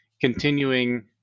continuing